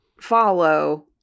follow